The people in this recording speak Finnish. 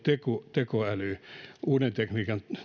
tekoäly uuden teknologian